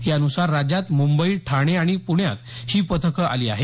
यानुसार राज्यात मुंबई ठाणे आणि पुण्यात ही पथक आली आहेत